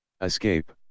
Escape